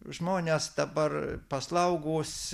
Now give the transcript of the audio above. žmonės dabar paslaugūs